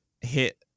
hit